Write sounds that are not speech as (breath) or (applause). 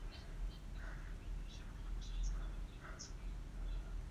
(breath)